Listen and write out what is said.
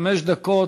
חמש דקות,